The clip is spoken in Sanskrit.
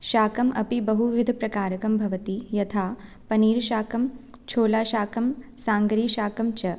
शाकमपि बहुविधप्रकारकं भवति यथा पनीरशाकं छोलाशाकं साङ्गरीशाकं च